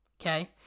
Okay